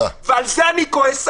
ועל זה אני כועס עליך.